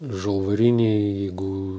žalvariniai jeigu